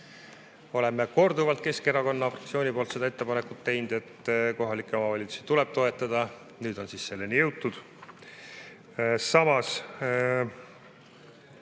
Oleme korduvalt Keskerakonna fraktsiooniga seda ettepanekut teinud, et kohalikke omavalitsusi tuleb toetada. Nüüd on siis selleni jõutud. Samas,